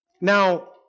Now